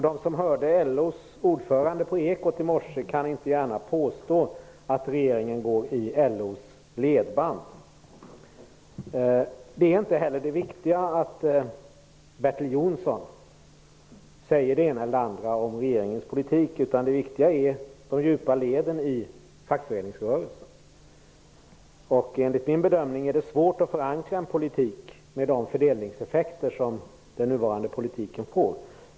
De som hörde LO:s ordförande på Ekot i morse kan inte gärna påstå att regeringen går i LO:s ledband. Det viktiga är inte heller att Bertil Jonsson säger det ena eller det andra om regeringens politik, utan det viktiga är de djupa leden i fackföreningsrörelsen. Enligt min bedömning är det svårt att förankra en politik med de fördelningseffekter som den nuvarande politiken får.